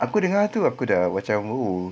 aku dengar tu aku dah macam oo